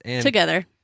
Together